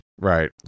Right